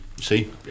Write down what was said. see